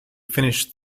finished